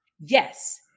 yes